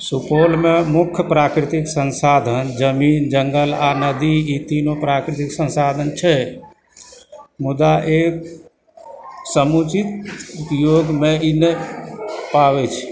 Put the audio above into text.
सुपौलमे मुख्य प्राकृतिक संसाधन जमीन जङ्गल आओर नदी ई तीनू प्राकृतिक संसाधन छै मुदा एक समुचित उपयोगमे ई नहि पाबै छी